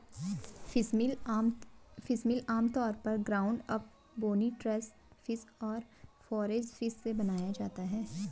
fishmeal आमतौर पर ground up, bony trash fish और फोरेज फिश से बनाया जाता है